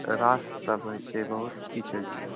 क्लाससभ होइत छै बहुत किछु होइत छै